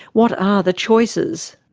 what are the choices?